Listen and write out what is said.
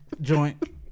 joint